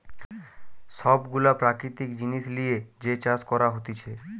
সব গুলা প্রাকৃতিক জিনিস লিয়ে যে চাষ করা হতিছে